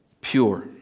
pure